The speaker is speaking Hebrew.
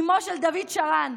אימו של דוד שרן,